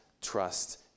trust